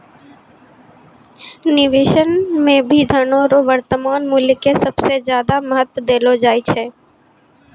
निवेश मे भी धनो रो वर्तमान मूल्य के सबसे ज्यादा महत्व देलो जाय छै